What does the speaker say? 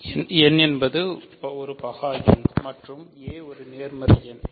n என்பது பகா எண் மற்றும் a ஒரு நேர்மறை எண்